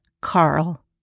Carl